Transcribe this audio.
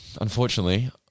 unfortunately